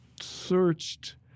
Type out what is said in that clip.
searched